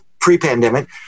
pre-pandemic